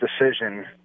decision